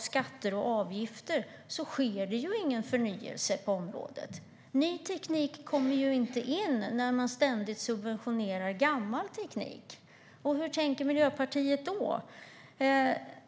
skatter och avgifter, sker det ju ingen förnyelse på området. Ny teknik kommer inte in när man ständigt subventionerar gammal teknik. Hur tänker Miljöpartiet där?